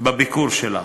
בביקור שלה.